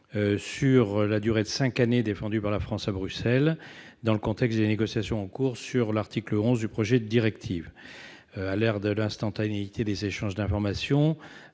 sur la durée de cinq années défendue par la France à Bruxelles, dans le contexte des négociations en cours sur l'article 11 du projet de directive européenne. À l'ère de l'instantanéité des échanges d'information,